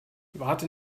warte